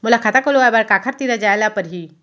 मोला खाता खोलवाय बर काखर तिरा जाय ल परही?